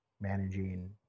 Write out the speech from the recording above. managing